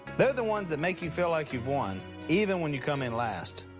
they're the ones that make you feel like you've won even when you come in last.